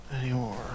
anymore